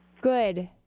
Good